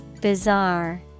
Bizarre